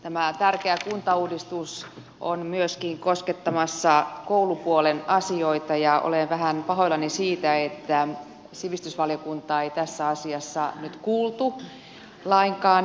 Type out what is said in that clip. tämä tärkeä kuntauudistus on myöskin koskettamassa koulupuolen asioita ja olen vähän pahoillani siitä että sivistysvaliokuntaa ei tässä asiassa nyt kuultu lainkaan